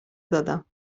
دادم